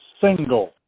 single